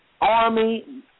Army